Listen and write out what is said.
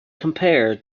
compare